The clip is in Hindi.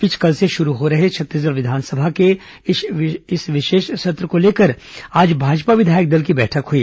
इस बीच कल से शुरू हो रहे छत्तीसगढ़ विधानसभा के इस विशेष सत्र को लेकर आज भाजपा विधायक दल की बैठक हुई